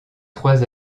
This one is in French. trois